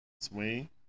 Swing